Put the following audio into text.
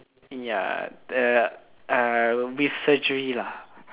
ya ya uh with surgery lah